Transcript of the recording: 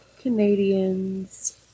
Canadians